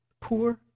poor